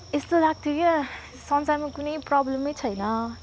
यस्तो लाग्थ्यो क्या संसारमा कुनै प्रब्लमै नै छैन